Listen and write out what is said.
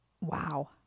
Wow